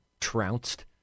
trounced